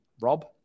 Rob